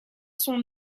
son